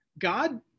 God